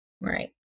Right